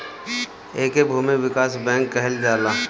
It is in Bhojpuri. एके भूमि विकास बैंक कहल जाला